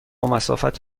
مسافت